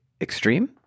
extreme